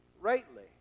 rightly